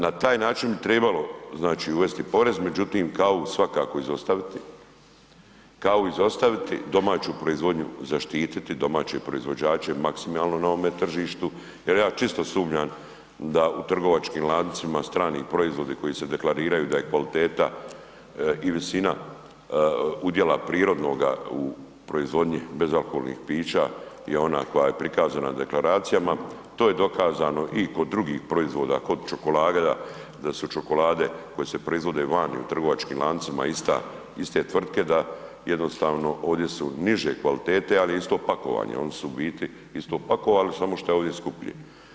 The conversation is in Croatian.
Na taj način bi trebalo uvesti porez međutim kavu svakako izostaviti, kavu izostaviti, domaću proizvodnju zaštititi, domaće proizvođače maksimalno na ovome tržištu je ja čisto sumnjam da u trgovačkim lancima strani proizvodi koji se deklariraju da je kvaliteta i visina udjela prirodnoga u proizvodnji bezalkoholnih pića je ona koja je prikazana na deklaracijama, to je dokazano i kod drugih proizvoda, kod čokolade, da su čokolade koje se proizvode vani u trgovačkim lancima iste tvrtke, da jednostavno ovdje su niže kvalitete ali je isto pakovanje, oni su u biti isto pakovali samo što je ovdje skuplje.